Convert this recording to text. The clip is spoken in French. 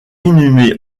inhumé